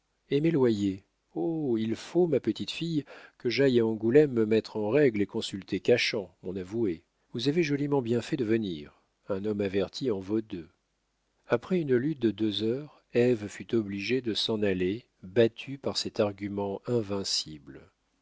eh mes loyers oh il faut ma petite fille que j'aille à angoulême me mettre en règle et consulter cachan mon avoué vous avez joliment bien fait de venir un homme averti en vaut deux après une lutte de deux heures ève fut obligée de s'en aller battue par cet argument invincible